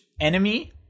enemy